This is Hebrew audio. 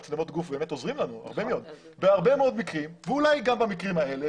מצלמות הגוף באמת עוזרות לנו ואולי גם במקרים האלה